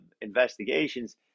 investigations